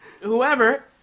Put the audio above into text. whoever –